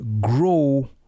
grow